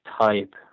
type